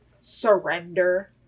surrender